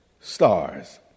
stars